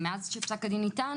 מאז שפסק הדין ניתן